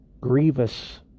grievous